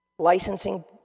Licensing